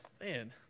Man